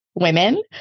women